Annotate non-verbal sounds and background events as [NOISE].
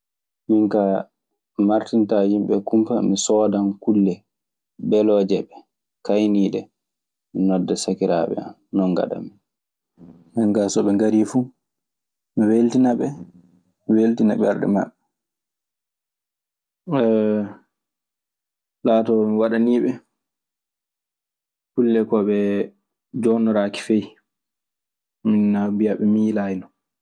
Minkaa, mi Martin taa yimɓe kumpa mi soodan kulle belooje ɓe. Kayniiɗe, mi nodda sakiraaɓe am non ngaɗammi. [HESITATION] Laatoo mi waɗanii ɓe kulle ko ɓe joonnoraaki fey naa mbiyaa ɓe miilaayi no.